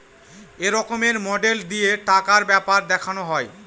এক রকমের মডেল দিয়ে টাকার ব্যাপার দেখানো হয়